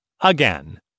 Again